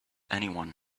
anyone